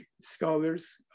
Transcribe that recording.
scholars